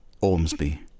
Ormsby